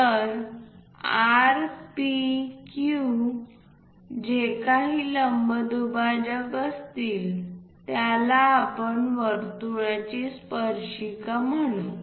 तर R P Q जे काही लंबदुभाजक असतील त्याला आपण त्या वर्तुळाची स्पर्शिका म्हणू